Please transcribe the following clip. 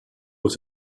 with